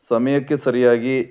ಸಮಯಕ್ಕೆ ಸರಿಯಾಗಿ